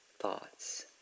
thoughts